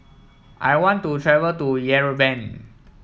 I want to travel to Yerevan